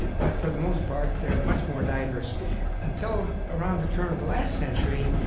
but for the most part, they're much more diverse until around the turn of the last century,